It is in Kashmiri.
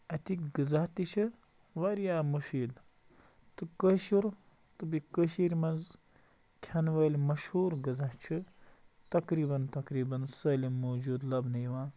اَتِکۍ غذا تہِ چھِ واریاہ مُفیٖد تہٕ کٲشُر تہٕ بیٚیہِ کٔشیٖر منٛز کھٮ۪نہٕ وٲلۍ مشہوٗر غذا چھِ تَقریباً تَقریٖباً سٲلِم موٗجوٗد لَبنہٕ یِوان